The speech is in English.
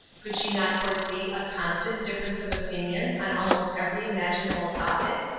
could she not foresee a constant difference of opinion on almost every imaginable topic?